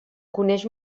coneix